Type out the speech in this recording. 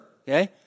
Okay